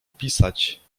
opisać